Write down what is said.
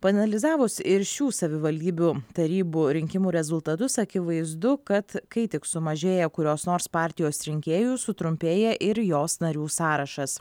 paanalizavus ir šių savivaldybių tarybų rinkimų rezultatus akivaizdu kad kai tik sumažėja kurios nors partijos rinkėjų sutrumpėja ir jos narių sąrašas